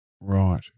Right